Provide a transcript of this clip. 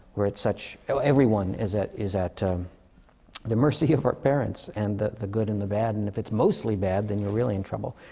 we're at such everyone is at is at the mercy of our parents. and, the the good and the bad. and if it's mostly bad, then you're really in trouble.